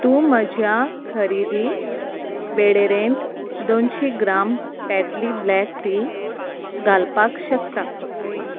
तूं म्हज्या खरेदी वेळेरेंत दोनशी ग्राम टॅटली ब्लॅक टी घालपाक शकता